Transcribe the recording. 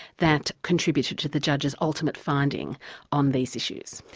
that contributed to the judge's ultimate finding on these issues.